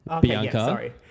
Bianca